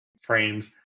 frames